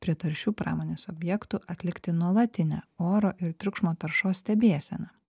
prie taršių pramonės objektų atlikti nuolatinę oro ir triukšmo taršos stebėseną